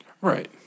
Right